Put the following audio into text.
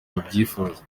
babyifuza